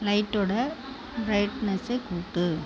லைட்டோட பிரைட்னஸை கூட்டு